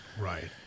Right